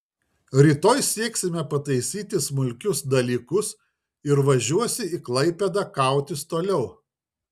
rytoj sieksime pataisyti smulkius dalykus ir važiuosi į klaipėdą kautis toliau